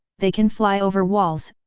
they can fly over walls,